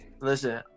listen